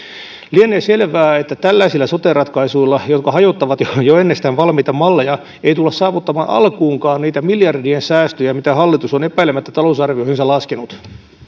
lienee selvää että tällaisilla sote ratkaisuilla jotka hajottavat jo jo ennestään valmiita malleja ei tulla saavuttamaan alkuunkaan niitä miljardien säästöjä mitä hallitus on epäilemättä talousarvioihinsa laskenut